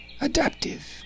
adaptive